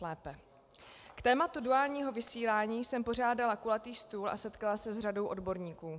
K tématu duálního vysílání jsem pořádala kulatý stůl a setkala se s řadou odborníků.